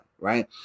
right